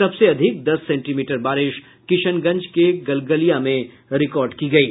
सबसे अधिक दस सेन्टीमीटर बारिश किशनगंज के गलगलिया में रिकॉर्ड की गयी